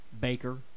Baker